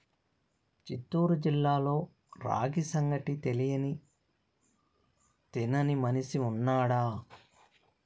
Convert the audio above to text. చిత్తూరు జిల్లాలో రాగి సంగటి తెలియని తినని మనిషి ఉన్నాడా